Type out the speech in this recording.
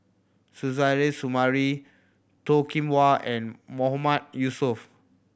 Suzairhe Sumari Toh Kim Hwa and Mahmood Yusof